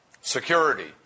security